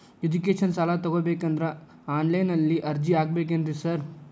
Education ಸಾಲ ತಗಬೇಕಂದ್ರೆ online ನಲ್ಲಿ ಅರ್ಜಿ ಹಾಕ್ಬೇಕೇನ್ರಿ ಸಾರ್?